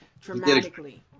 dramatically